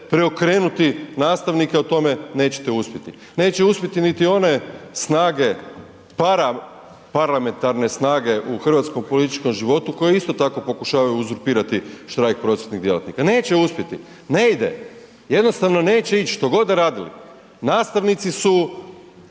preokrenuti nastavnike a u tome nećete uspjeti. Neće uspjeti niti one snage parlamentarne snage u hrvatskom političkom životu koje isto tako pokušavaju uzurpirati štrajk prosvjetnih djelatnika. Neće uspjeti, ne ide. Jednostavno neće ići što god da radili. Nastavnici su